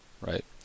right